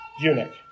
eunuch